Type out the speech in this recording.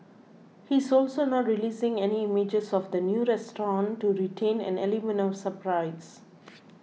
he's also not releasing any images of the new restaurant to retain an element of surprise